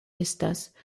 estas